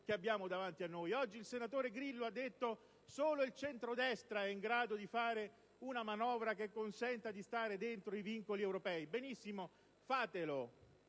che abbiamo davanti a noi. Oggi il senatore Grillo ha detto che solo il centrodestra è in grado di fare una manovra che consenta di stare dentro i vincoli europei. Benissimo, fatelo.